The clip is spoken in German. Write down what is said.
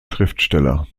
schriftsteller